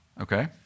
Okay